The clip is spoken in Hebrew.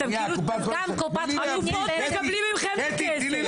אתם כאילו --- הקופות מקבלות מכם כסף.